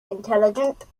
intelligent